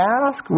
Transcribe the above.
ask